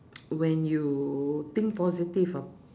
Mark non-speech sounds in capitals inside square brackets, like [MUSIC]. [NOISE] when you think positive ah